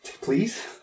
please